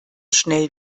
schnell